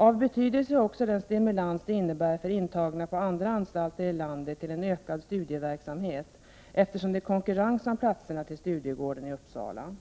Av betydelse är också den stimulans det innebär för intagna på andra anstalter i landet till en ökad studieverksamhet, eftersom det är konkurrens om platserna till Studiegården i Uppsala. 159